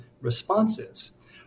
responses